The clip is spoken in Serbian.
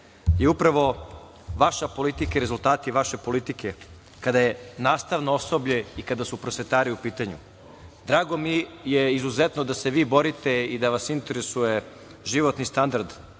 je upravo vaša politika i rezultati vaše politike, kada je nastavno osoblje i kada su prosvetari u pitanju. Drago mi je izuzetno da se vi borite i da vas interesuje životni standard